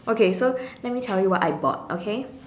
okay so let me tell you what I bought okay